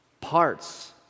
parts